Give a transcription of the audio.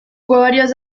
varios